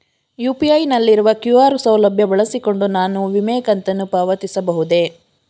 UPI ನಲ್ಲಿರುವ QR ಸೌಲಭ್ಯ ಬಳಸಿಕೊಂಡು ನಾನು ವಿಮೆ ಕಂತನ್ನು ಪಾವತಿಸಬಹುದೇ?